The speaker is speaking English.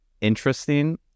interesting